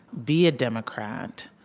be a democrat,